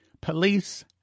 police